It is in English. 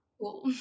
cool